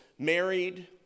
Married